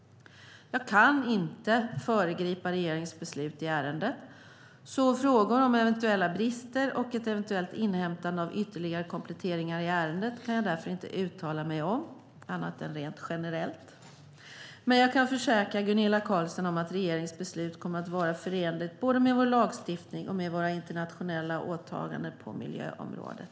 Jag kan inte föregripa regeringens beslut i ärendet, så frågor om eventuella brister och ett eventuellt inhämtande av ytterligare kompletteringar i ärendet kan jag därför inte uttala mig om, annat än rent generellt, men jag kan försäkra Gunilla Carlsson om att regeringens beslut kommer att vara förenligt både med vår lagstiftning och med våra internationella åtaganden på miljöområdet.